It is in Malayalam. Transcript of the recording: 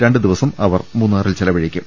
രണ്ടു ദിവസം ഇവർ മൂന്നാറിൽ ചെലവഴിക്കും